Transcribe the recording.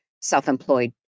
self-employed